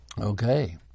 Okay